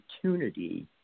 opportunity